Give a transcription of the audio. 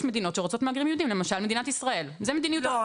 השאלה אם אפשר להמתין עד החלטה של בית המשפט המחוזי.